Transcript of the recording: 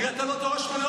זה מתבטא בתקצוב הרשויות,